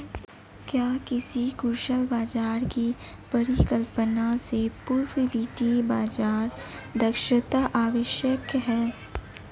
क्या किसी कुशल बाजार की परिकल्पना से पूर्व वित्तीय बाजार दक्षता आवश्यक है?